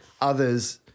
Others